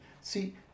See